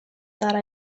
thought